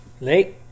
Late